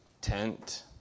Tent